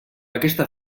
aquesta